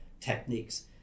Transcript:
techniques